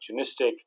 opportunistic